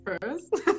first